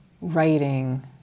writing